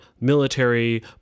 military